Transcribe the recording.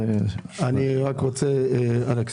אני רק רוצה לחדד